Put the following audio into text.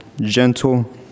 gentle